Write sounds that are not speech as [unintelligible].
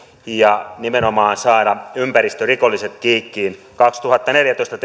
ja nimenomaan saada ympäristörikolliset kiikkiin kaksituhattaneljätoista [unintelligible]